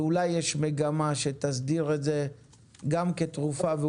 ואולי יש מגמה שתסדיר את זה גם כתרופה.